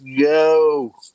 go